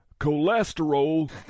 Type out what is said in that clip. Cholesterol